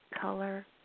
color